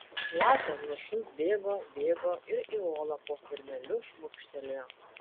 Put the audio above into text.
lapė nuo šuns bėgo bėgo ir į olą po kelmeliu šmurkštelėjo